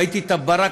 ראיתי את הברק,